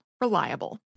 Reliable